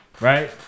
right